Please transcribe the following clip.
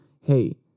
Hey